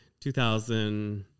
2000